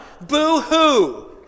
Boo-hoo